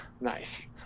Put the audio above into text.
nice